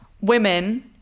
women